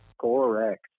Correct